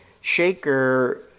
Shaker